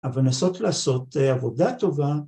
‫אבל לנסות לעשות עבודה טובה.